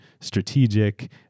strategic